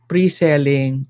Pre-selling